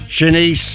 Shanice